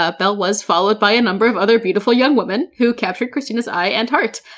ah belle was followed by a number of other beautiful young women who captured kristina's eye and heart,